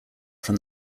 from